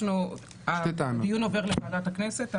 הדיון עובר לוועדת הכנסת.